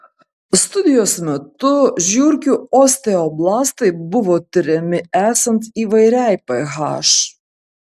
studijos metu žiurkių osteoblastai buvo tiriami esant įvairiai ph